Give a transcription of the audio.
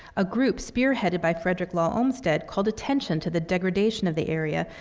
a group spearheaded by frederick law olmsted called attention to the degradation of the area,